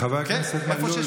חבר הכנסת מלול,